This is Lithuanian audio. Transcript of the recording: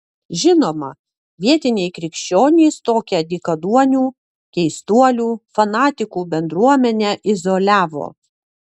žinoma vietiniai krikščionys tokią dykaduonių keistuolių fanatikų bendruomenę izoliavo